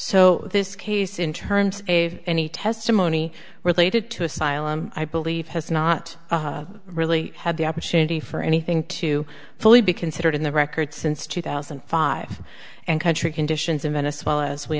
so this case in terms a any testimony related to asylum i believe has not really had the opportunity for anything to fully be considered in the record since two thousand and five and country conditions in venice well as we